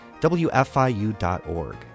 wfiu.org